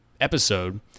episode